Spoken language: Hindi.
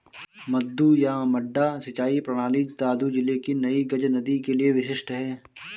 मद्दू या मड्डा सिंचाई प्रणाली दादू जिले की नई गज नदी के लिए विशिष्ट है